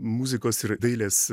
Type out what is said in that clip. muzikos ir dailės